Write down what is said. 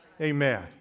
amen